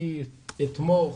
אני אתמוך